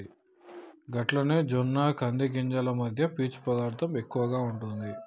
గట్లనే జొన్న కంది గింజలు మధ్య పీచు పదార్థం ఎక్కువగా ఉంటుంది